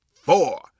four